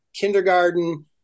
kindergarten